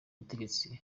ubutegetsi